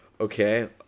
okay